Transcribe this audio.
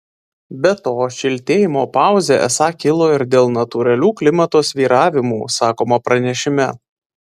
be to šiltėjimo pauzė esą kilo ir dėl natūralių klimato svyravimų sakoma pranešime